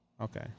Okay